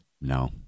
No